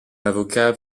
avocat